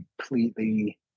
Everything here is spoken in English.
completely